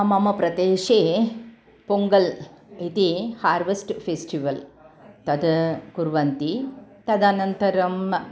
मम प्रदेशे पोङ्गल् इति हार्वेस्ट् फ़ेस्टिवल् तद् कुर्वन्ति तदनन्तरम्